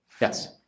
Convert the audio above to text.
Yes